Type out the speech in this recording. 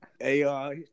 AI